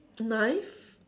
knife